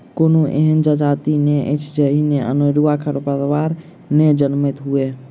कोनो एहन जजाति नै अछि जाहि मे अनेरूआ खरपात नै जनमैत हुए